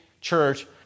church